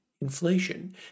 inflation